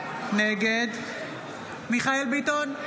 נגד מיכאל מרדכי ביטון,